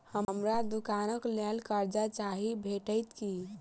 हमरा दुकानक लेल कर्जा चाहि भेटइत की?